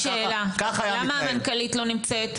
יש לי שאלה, למה המנכ"לית לא נמצאת?